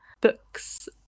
books